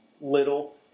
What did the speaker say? little